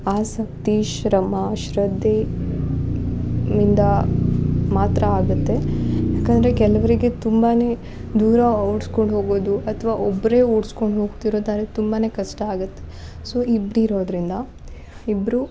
ಆಸಕ್ತಿ ಶ್ರಮ ಶ್ರದ್ಧೆ ಇಂದ ಮಾತ್ರ ಆಗುತ್ತೆ ಏಕಂದ್ರೆ ಕೆಲವರಿಗೆ ತುಂಬ ದೂರ ಓಡ್ಸ್ಕೊಂಡು ಹೋಗೋದು ಅಥ್ವಾ ಒಬ್ಬರೇ ಓಡ್ಸ್ಕೊಂಡು ಹೋಗ್ತಿರೋ ದಾರಿ ತುಂಬ ಕಷ್ಟ ಆಗುತ್ತೆ ಸೋ ಇಬ್ರು ಇರೋದರಿಂದ ಇಬ್ಬರೂ